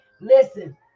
listen